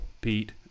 Pete